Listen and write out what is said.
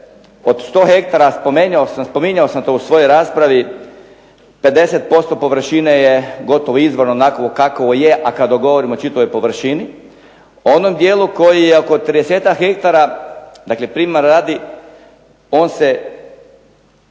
od 100 ha spominjao sam to u svojoj raspravi 50% površine je gotovo izvorno onakvo kakvo je, a kada govorimo o čitavoj površini, onom dijelu koji je oko 30-tak hektara, dakle primjera radi on se